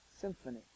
Symphony